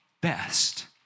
best